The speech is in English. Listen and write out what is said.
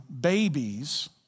babies